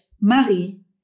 Marie